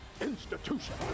institution